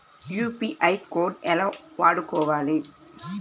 UPI code ఎలా వాడుకోవాలి?